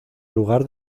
lugar